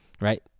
Right